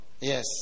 Yes